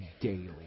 daily